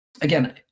Again